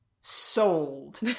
Sold